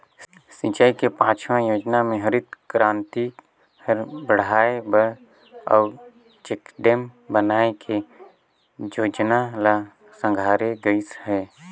सिंचई के पाँचवा योजना मे हरित करांति हर बड़हाए बर अउ चेकडेम बनाए के जोजना ल संघारे गइस हे